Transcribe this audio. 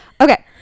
okay